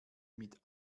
mit